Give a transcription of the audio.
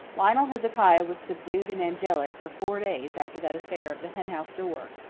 lionel hezekiah was subdued and angelic for four days after that affair of the henhouse door.